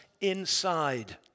inside